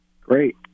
great